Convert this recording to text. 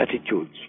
attitudes